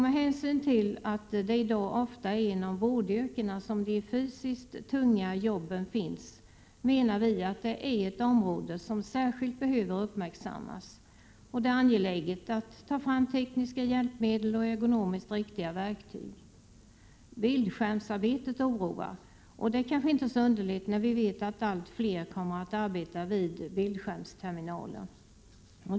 Med hänsyn till att det i dag ofta är inom vårdyrkena som de fysiskt tunga jobben finns menar vi att det är angeläget att ta fram tekniska hjälpmedel och ergonomiskt riktiga verktyg. Detta är ett område som särskilt behöver uppmärksammas. Bildskärmsarbete oroar — och det är kanske inte så underligt när vi vet att allt fler kommer att arbeta vid bildskärmsterminaler.